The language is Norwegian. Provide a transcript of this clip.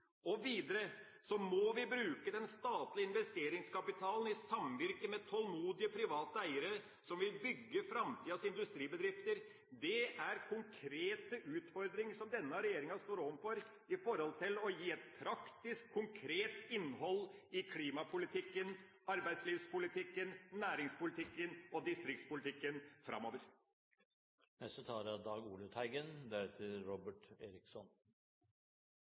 skatteveksling. Videre må vi bruke den statlige investeringskapitalen i samvirke med tålmodige, private eiere som vil bygge framtidas industribedrifter. Det er konkrete utfordringer som denne regjeringa står overfor når det gjelder å gi et praktisk, konkret innhold til klimapolitikken, arbeidslivspolitikken, næringslivspolitikken og distriktspolitikken framover. FNs tusenårsmål om å halvere andelen mennesker som lever i ekstrem fattigdom, er